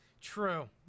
True